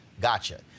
Gotcha